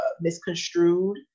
misconstrued